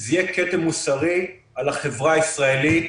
זה יהיה כתם מוסרי על החברה הישראלית